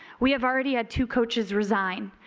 we have already had two coaches resign.